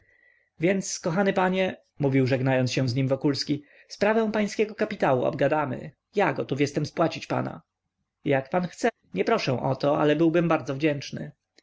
więc kochany panie mówił żegnając się z nim wokulski sprawę pańskiego kapitału obgadamy ja gotów jestem spłacić pana jak pan chce nie proszę o to ale byłbym bardzo wdzięczny